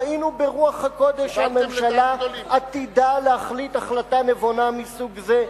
ראינו ברוח הקודש שהממשלה עתידה להחליט החלטה נבונה מסוג זה.